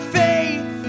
faith